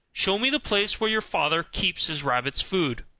show me the place where your father keeps his rabbits' food.